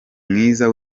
mwiza